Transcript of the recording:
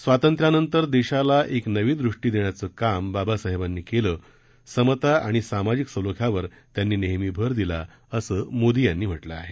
स्वातंत्र्यानंतर देशाला एक नवी दृष्टी देण्याचं काम बाबासाहेबांनी केलं समता आणि सामाजिक सलोख्यावर त्यांनी नेहमी भर दिला असं मोदी यांनी म्हटलं आहे